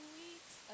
weeks